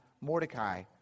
Mordecai